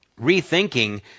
rethinking